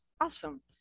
Awesome